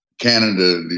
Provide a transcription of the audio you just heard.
Canada